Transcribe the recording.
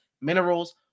minerals